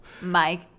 Mike